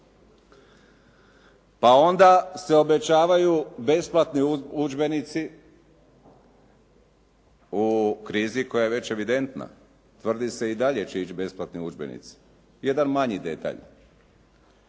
Pa onda se obećavaju besplatni udžbenici u krizi koja je već evidentna. Tvrdi se, i dalje će ići besplatni udžbenici. Jedan mali detalj.